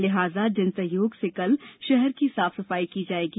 लिहाजा जन सहयोग से कल शहर की साफ सफाई की जाएगी